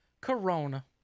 Corona